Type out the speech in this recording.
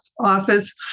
office